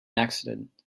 accident